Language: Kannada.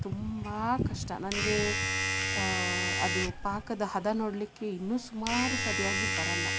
ತುಂಬಾ ಕಷ್ಟ ನನಗೆ ಅದು ಪಾಕದ ಹದ ನೋಡಲಿಕ್ಕೆ ಇನ್ನೂ ಸುಮಾರು ಸರಿಯಾಗಿ ಬರಲ್ಲ